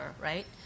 right